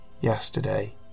yesterday